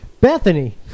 Bethany